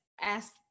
ask